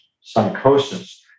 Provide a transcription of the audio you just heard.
psychosis